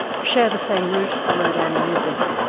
share the same root as the word animism,